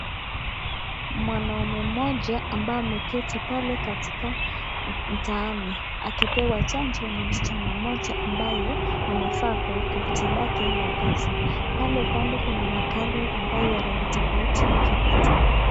Mwanaume mmoja ambaye ameketi pale katika mtaani, akipewa chanjo na msichana mmoja ambaye amevaa koti lake la kazi. Pale kando kuna magari ambayo ya rangi tofauti yakipita.